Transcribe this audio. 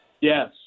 Yes